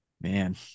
Man